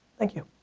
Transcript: thank you.